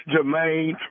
Jermaine